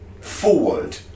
forward